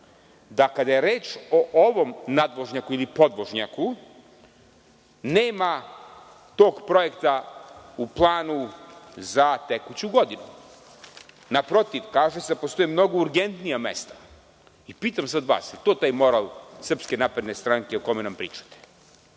da kada je reč o ovom nadvožnjaku ili podvožnjaku, nema tog projekta u planu za tekuću godinu. Naprotiv, kaže se da postoje mnogo urgentnija mesta. Pitam sada vas, da li je to taj moral SNS o kome nam pričate?